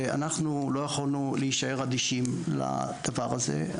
ואנחנו לא יכולנו להישאר אדישים לדבר הזה.